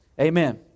Amen